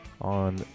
on